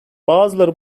bazıları